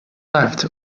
left